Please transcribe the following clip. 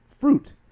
fruit